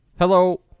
Hello